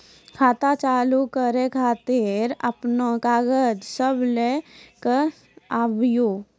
खाता चालू करै खातिर आपन कागज सब लै कऽ आबयोक?